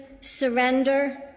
surrender